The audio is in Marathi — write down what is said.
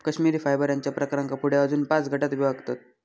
कश्मिरी फायबरच्या प्रकारांका पुढे अजून पाच गटांत विभागतत